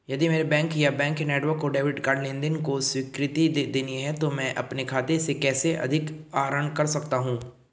यदि मेरे बैंक या बैंक नेटवर्क को डेबिट कार्ड लेनदेन को स्वीकृति देनी है तो मैं अपने खाते से कैसे अधिक आहरण कर सकता हूँ?